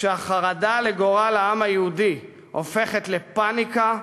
"כשהחרדה לגורל העם היהודי הופכת לפניקה,